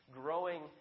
growing